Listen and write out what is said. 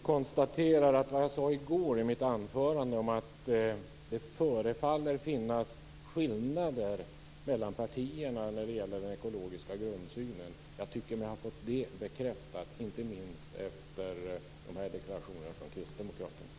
Fru talman! Jag konstaterar att det förefaller finnas skillnader mellan partierna när det gäller den ekologiska grundsynen, som jag sade i går i mitt anförande. Jag tycker mig ha fått det bekräftat, inte minst efter de här deklarationerna från kristdemokraterna.